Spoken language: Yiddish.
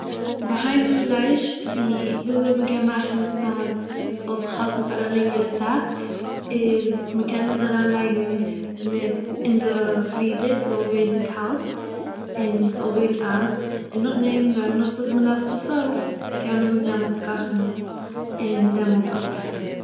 בהמה פלייש צו... ווי אזוי מ'קען מאכן אז ס'זאל זיך האלטן פאר א לענגערע צייט איז מ'קען עס אריינלייגן מיט אין דע פריזער ס'זאל ווערן קאלט און ס'זאל ווערן אייז און נאכדעם ווען נאך ווען מ'לאזט עס אויף קען מען עס דעמאלטס קאכן און דאמלטס אויפעסן.